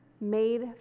made